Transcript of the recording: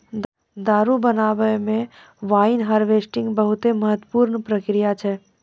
दारु बनाबै मे वाइन हार्वेस्टिंग बहुते महत्वपूर्ण प्रक्रिया छै